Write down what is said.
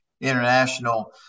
international